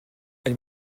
elle